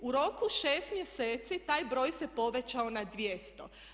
U roku šest mjeseci taj broj se povećao na 200.